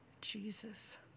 Jesus